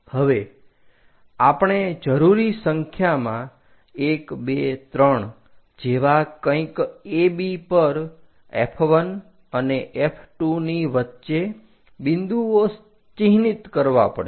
હવે આપણે જરૂરી સંખ્યામાં 123 જેવા કંઈક AB પર F1 અને F2 ની વચ્ચે બિંદુઓ ચિહ્નિત કરવા પડશે